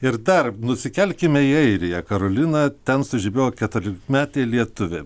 ir dar nusikelkime į airiją karolina ten sužibėjo keturiolikmetė lietuvė